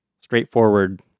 straightforward